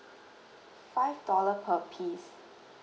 five dollar per piece